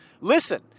Listen